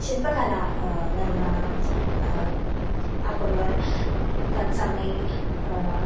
शिल्पकला निर्माणं अकुर्वन् तत्समये